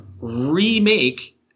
remake